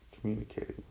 communicating